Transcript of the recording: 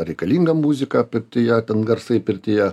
reikalinga muzika apie ją ten garsai pirtyje